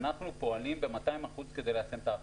אנחנו פועלים ב-200% כדי ליישם את ההחלטה.